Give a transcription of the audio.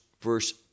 verse